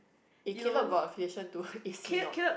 if Kaleb got a patient to is he not